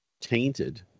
tainted